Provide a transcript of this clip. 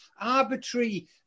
arbitrary